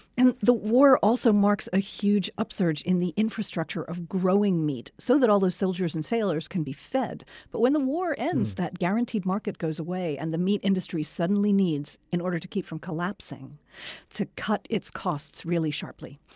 and the war also marks a huge upsurge in the infrastructure of growing meat so that all those soldiers and sailors can be fed but when the war ends, that guaranteed market goes away, and the meat industry suddenly needs in order to keep from collapsing to cut its costs sharply.